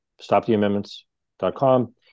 StopTheAmendments.com